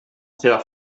seva